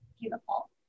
beautiful